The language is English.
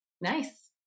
Nice